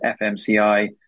FMCI